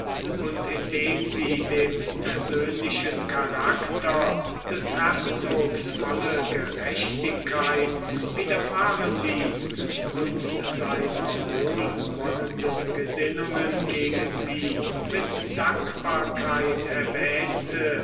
und indem sie dem persönlichen charakter des herzogs volle gerechtigkeit widerfahren ließ und seiner wohlwollenden gesinnungen gegen sie mit dankbarkeit erwähnte